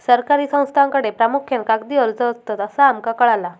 सरकारी संस्थांकडे प्रामुख्यान कागदी अर्ज असतत, असा आमका कळाला